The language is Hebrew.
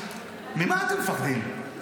ממה אתם מפחדים?